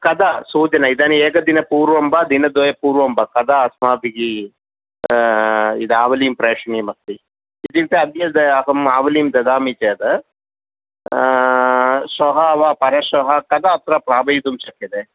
कदा सूचना इदानीम् एकदिनपूर्वं वा दिनद्वयपूर्वं वा कदा अस्माभिः इदावलिं प्रेषणीयम् अस्ति इतुक्ते अद्य अहम् आवलिं ददामि चेत् श्वः वा परश्वः कदा अत्र प्रापयितुं शक्यते